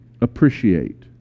appreciate